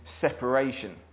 separation